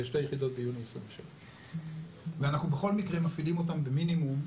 ושתי יחידות ביוני 2023. אנחנו בכל מקרה מפעילים אותן במינימום.